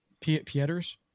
Pieters